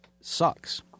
sucks